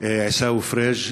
עיסאווי פריג',